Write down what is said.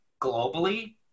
globally –